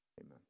amen